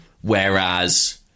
Whereas